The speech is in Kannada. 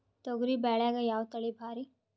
ತೊಗರಿ ಬ್ಯಾಳ್ಯಾಗ ಯಾವ ತಳಿ ಭಾರಿ?